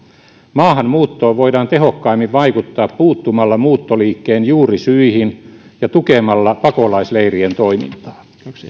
maahanmuuttoon voidaan tehokkaimmin vaikuttaa puuttumalla muuttoliikkeen juurisyihin ja tukemalla pakolaisleirien toimintaa